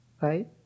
Right